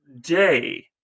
day